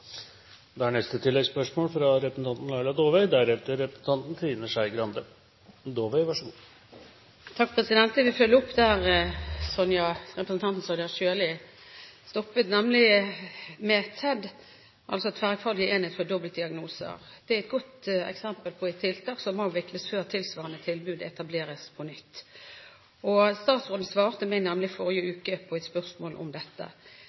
Laila Dåvøy – til oppfølgingsspørsmål. Jeg vil følge opp der representanten Sonja Irene Sjøli stoppet, nemlig med TEDD, altså Tverrfaglig enhet for dobbeltdiagnose. Det er et godt eksempel på et tiltak som avvikles før tilsvarende tilbud etableres på nytt. Statsråden svarte meg i forrige uke på et spørsmål om dette.